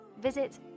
Visit